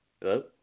Hello